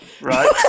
right